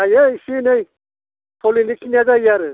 जायो इसि एनै सलिनो खिनिया जायो आरो